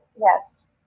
yes